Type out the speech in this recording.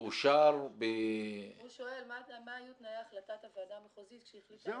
הוא שואל מה היו תנאי החלטת הוועדה המחוזית כשהחליטה ---?